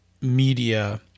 media